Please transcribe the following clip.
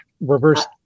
reverse